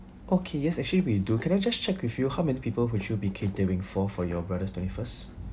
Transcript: okay yes actually we do can I just check with you how many people which you'll be catering for for your brother's twenty first